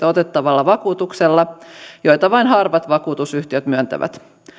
otettavalla vakuutuksella jota vain harvat vakuutusyhtiöt myöntävät